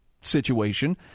situation